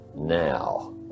now